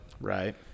right